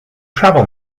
travel